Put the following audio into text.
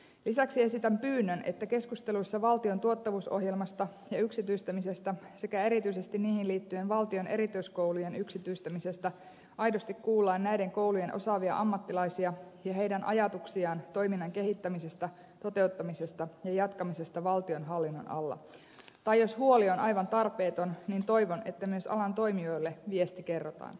lisäksi esitän pyynnön että keskusteluissa valtion tuottavuusohjelmasta ja yksityistämisestä sekä erityisesti niihin liittyen valtion erityiskoulujen yksityistämisestä aidosti kuullaan näiden koulujen osaavia ammattilaisia ja heidän ajatuksiaan toiminnan kehittämisestä toteuttamisesta ja jatkamisesta valtionhallinnon alla tai jos huoli on aivan tarpeeton niin toivon että myös alan toimijoille viesti kerrotaan